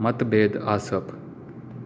मतभेद आसप